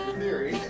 theory